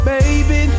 Baby